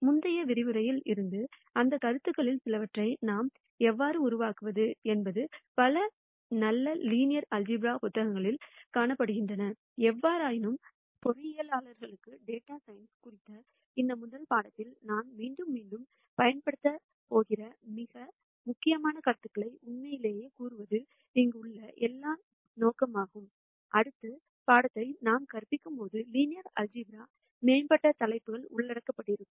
முந்தைய விரிவுரைல் இருதந்து அந்தக் கருத்துக்களில் சிலவற்றை நாம் எவ்வாறு உருவாக்குவது என்பது பல நல்ல லீனியர் ஆல்சீப்ரா புத்தகங்களில் காணப்படுகிறது எவ்வாறாயினும் பொறியியலாளர்களுக்கான டேட்டா சயின்ஸ் குறித்த இந்த முதல் பாடத்திட்டத்தில் நாம் மீண்டும் மீண்டும் பயன்படுத்தப் போகிற மிக முக்கியமான கருத்துக்களை உண்மையிலேயே கூறுவதே இங்குள்ள எங்கள் நோக்கமாகும் அடுத்த பாடத்திட்டத்தை நாம் கற்பிக்கும் போது லீனியர் ஆல்சீப்ரா மேம்பட்ட தலைப்புகள் உள்ளடக்கப்பட்டிருக்கும்